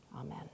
Amen